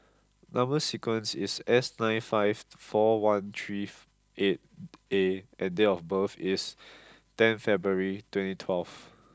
number sequence is S nine two five four one three eight A and date of birth is ten February twenty twelve